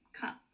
cup